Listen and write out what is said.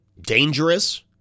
dangerous